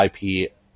IP